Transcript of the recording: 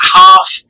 half